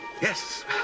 Yes